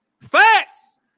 facts